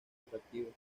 atractivo